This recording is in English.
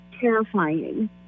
terrifying